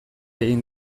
egin